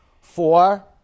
four